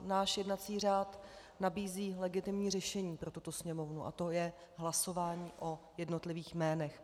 Náš jednací řád nabízí legitimní řešení pro tuto Sněmovnu, a to je hlasování o jednotlivých jménech.